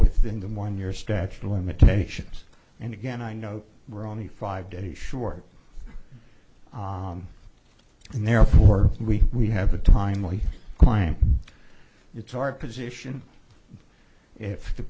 within the one year statute of limitations and again i know we're only five days short and therefore we we have a timely client it's our position if the